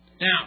Now